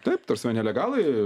taip ta prasme nelegalai